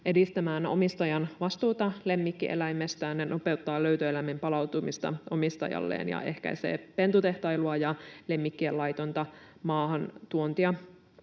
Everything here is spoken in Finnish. edistämään omistajan vastuuta lemmikkieläimestään ja nopeuttamaan löytöeläimen palautumista omistajalleen ja ehkäisemään pentutehtailua ja lemmikkien laitonta maahantuontia.